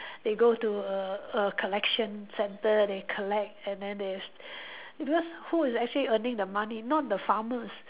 they go to a a collection centre they collect and then they because who is actually earning the money not the farmers